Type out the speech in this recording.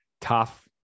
Tough